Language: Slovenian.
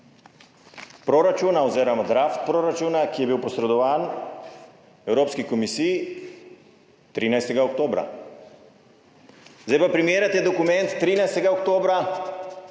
proračuna oziroma draftu proračuna, ki je bil posredovan Evropski komisiji 13. oktobra. Zdaj pa primerjajte dokument 13. oktobra